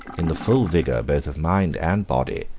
in the full vigor both of mind and body,